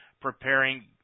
preparing